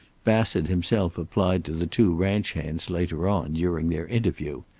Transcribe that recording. bassett himself applied to the two ranch hands later on, during their interview.